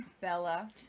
Bella